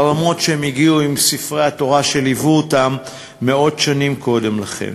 למרות שהם הגיעו עם ספרי התורה שליוו אותם מאות שנים קודם לכן.